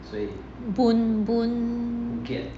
boon boon